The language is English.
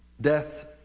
death